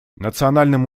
национальным